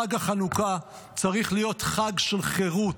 חג החנוכה צריך להיות חג של חירות,